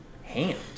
hand